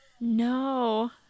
No